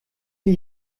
wir